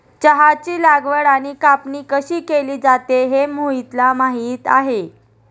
चहाची लागवड आणि कापणी कशी केली जाते हे मोहितला माहित आहे